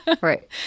Right